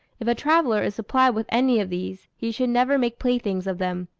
if a traveller is supplied with any of these, he should never make playthings of them,